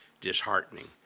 disheartening